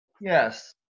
Yes